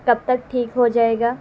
کب تک ٹھیک ہو جائے گا